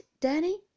Danny